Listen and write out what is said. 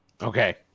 Okay